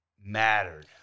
mattered